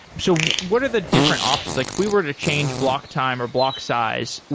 so what are the different options? like if we were to change block time or block size,